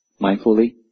mindfully